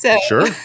Sure